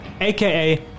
aka